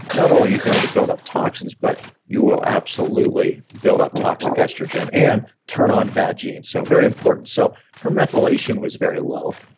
not only are you going to build up toxins, but you will absolutely build up toxic estrogen and turn on bad genes, so very important. so her methylation was very low.